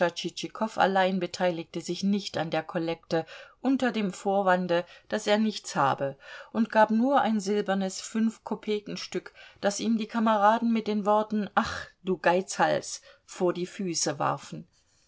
allein beteiligte sich nicht an der kollekte unter dem vorwande daß er nichts habe und gab nur ein silbernes fünfkopekenstück das ihm die kameraden mit den worten ach du geizhals vor die füße warfen